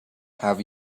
have